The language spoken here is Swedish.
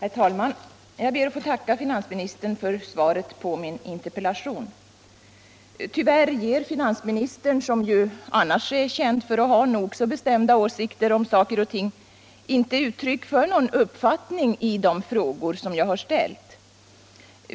Herr talman! Jag ber att få tacka finansministern för svaret på interpellationen. Tyvärr ger finansministern, som ju annars är känd för att ha nog så bestämda åsikter om saker och ting, inte uttryck för någon uppfattning i de frågor som jag ställt.